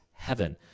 heaven